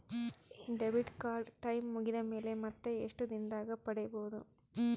Debit card time ಮುಗಿದ ಮೇಲೆ ಮತ್ತೆ ಎಷ್ಟು ದಿನದಾಗ ಪಡೇಬೋದು?